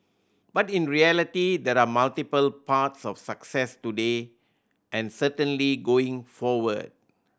but in reality there are multiple paths of success today and certainly going forward